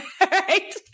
right